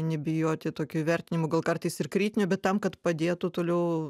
nebijoti tokio įvertinimo gal kartais ir kritinio bet tam kad padėtų toliau